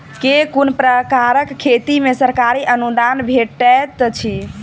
केँ कुन प्रकारक खेती मे सरकारी अनुदान भेटैत अछि?